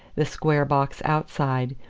the square box outside,